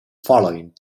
following